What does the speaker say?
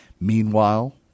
Meanwhile